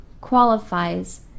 qualifies